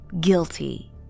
guilty